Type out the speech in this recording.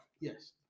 Yes